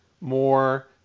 more